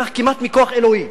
כך כמעט מכוח אלוהי,